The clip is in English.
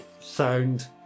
sound